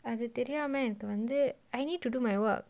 I have to அதுதெரியாமஎனக்குவந்து:adhu theriya enakku vandhu I need to do my work